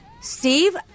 Steve